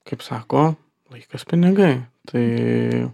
kaip sako laikas pinigai tai